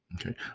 Okay